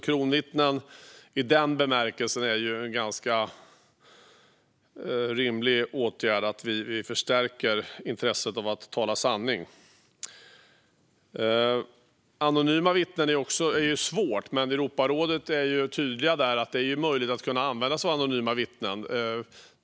Kronvittnen i den bemärkelsen tycker vi är en ganska rimlig åtgärd. Det förstärker intresset av att tala sanning. Anonyma vittnen är en svår fråga, men Europarådet är tydligt med att det är möjligt att använda sig av anonyma vittnen.